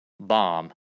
bomb